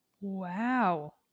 Wow